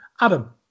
Adam